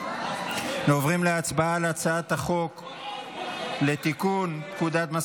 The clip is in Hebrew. אנו עוברים להצבעה על הצעת החוק לתיקון פקודת מס